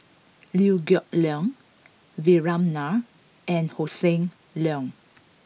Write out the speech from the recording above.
Liew Geok Leong Vikram Nair and Hossan Leong